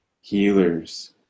healers